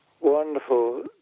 Wonderful